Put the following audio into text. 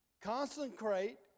Consecrate